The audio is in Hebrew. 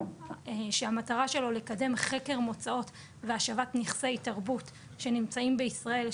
שהמטרה שלו לקדם חקר מוצאות והשבת נכסי תרבות שנמצאים בישראל,